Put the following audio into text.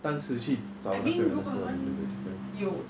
当时去找那个人的时候有点 different